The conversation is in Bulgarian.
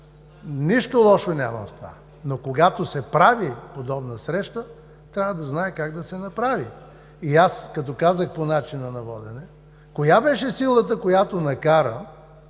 Нищо лошо няма в това, но когато се прави подобна среща, трябва да се знае как да се направи. Като казах: по начина на водене, коя беше силата, която накара